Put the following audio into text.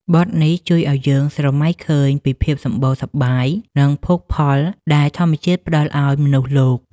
បទនេះជួយឱ្យយើងស្រមៃឃើញពីភាពសម្បូរសប្បាយ និងភោគផលដែលធម្មជាតិផ្ដល់ឱ្យមនុស្សលោក។